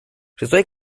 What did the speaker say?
шестой